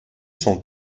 son